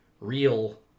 real